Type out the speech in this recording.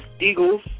Eagles